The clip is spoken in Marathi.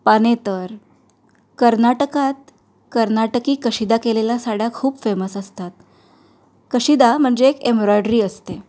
पाने तर कर्नाटकात कर्नाटकी कशिदा केलेल्या साड्या खूप फेमस असतात कशिदा म्हणजे एक एम्ब्रॉयड्री असते